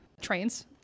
trains